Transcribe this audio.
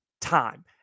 time